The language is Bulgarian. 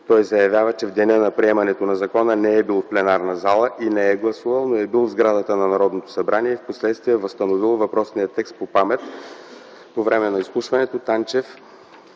Той заявява, че в деня на приемането на закона не е бил в пленарната зала и не е гласувал, но е бил в сградата на Народното събрание и впоследствие възстановил въпросния текст „по памет”. По време на изслушването Танчев